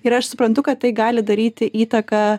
ir aš suprantu kad tai gali daryti įtaką